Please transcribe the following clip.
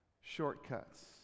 shortcuts